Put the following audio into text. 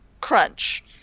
crunch